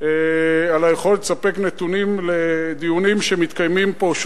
על היכולת לספק נתונים לדיונים שוטפים שמתקיימים פה,